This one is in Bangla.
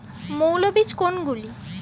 মৌল বীজ কোনগুলি?